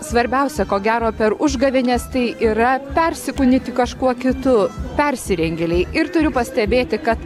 svarbiausia ko gero per užgavėnes tai yra persikūnyti kažkuo kitu persirengėliai ir turiu pastebėti kad